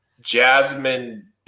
Jasmine